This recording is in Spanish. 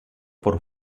por